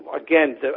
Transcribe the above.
again